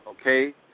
okay